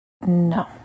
No